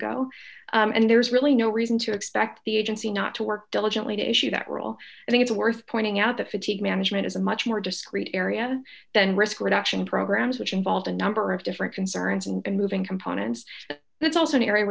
ago and there's really no reason to expect the agency not to work diligently to issue that rule i think it's worth pointing out that fatigue management is a much more discrete area than risk reduction programs which involved a number of different concerns and moving components that's also an area